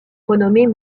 renommée